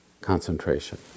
concentration